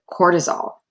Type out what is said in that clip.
cortisol